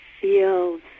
feels